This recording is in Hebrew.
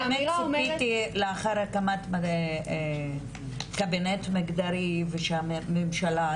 יהיה לאחר הקמת קבינט מגדרי ושהממשלה,